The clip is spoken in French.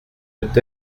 peut